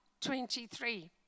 23